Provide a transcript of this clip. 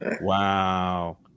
Wow